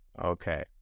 okay